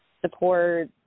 support